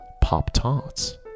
Pop-Tarts